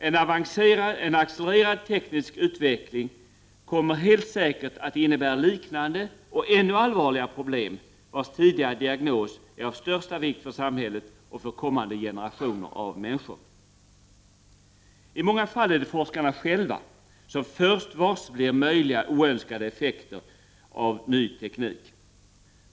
En accelererad teknisk utveckling kommer helt säkert att innebära liknande och ännu allvarligare problem, vars tidiga diagnos är av största vikt för samhället och för kommande generationer av människor. I många fall är det forskarna själva som först varseblir möjliga oönskade bieffekter av ny teknik.